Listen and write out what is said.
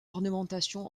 ornementation